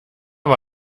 war